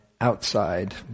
outside